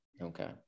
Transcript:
Okay